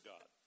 God